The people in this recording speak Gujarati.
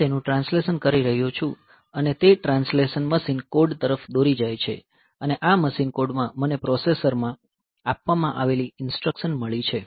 હું તેનું ટ્રાન્સલેશન કરી રહ્યો છું અને તે ટ્રાન્સલેશન મશીન કોડ તરફ દોરી જાય છે અને આ મશીન કોડમાં મને પ્રોસેસરમાં આપવામાં આવેલી ઈન્સ્ટ્રકશન મળી છે